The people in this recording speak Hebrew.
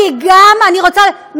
כי הוא חוק מפלה.